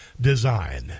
design